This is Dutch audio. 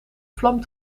vlam